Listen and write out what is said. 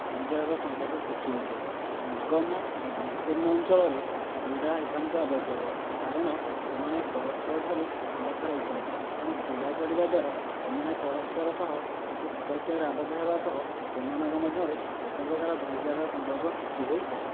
ଭାଇଚାରାର ସମ୍ପର୍କ ସୃଷ୍ଟି ହୋଇଥାଏ ଦୁର୍ଗମ ଓ ବିଚ୍ଛିନ୍ନ ଅଞ୍ଚଳରେ କ୍ରୀଡ଼ା ଏକାନ୍ତ ଆବଶ୍ୟକ କାରଣ ସେମାନେ ପରସ୍ପରଠାରୁ ଅଲଗା ରହୁଥାନ୍ତି ତେଣୁ କ୍ରୀଡ଼ା କରିବା ଦ୍ୱାରା ସେମାନେ ପରସ୍ପର ସହ ଏକ ସୂତାଖିଅରେ ଆବଦ୍ଧ ହେବା ସହ ସେମାନଙ୍କ ମଧ୍ୟରେ ଏକ ପ୍ରକାରର ଭାଇଚାରାର ସମ୍ପର୍କ ସୃଷ୍ଟି ହୋଇଥାଏ